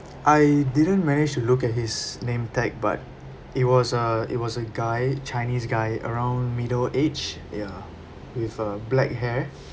I didn't manage to look at his name tag but it was a it was a guy chinese guy around middle age ya with uh black hair